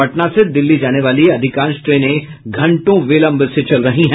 पटना से दिल्ली जाने वाली अधिकांश ट्रेने घंटों विलंब से चल रही है